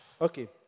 Okay